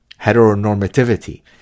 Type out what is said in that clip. heteronormativity